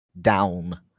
down